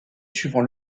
suivant